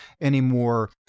anymore